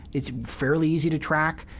it's fairly easy to track.